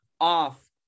off